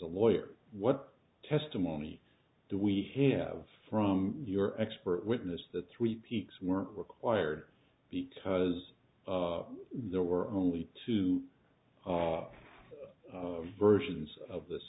a lawyer what testimony do we have from your expert witness that three peaks were required because there were only two versions of this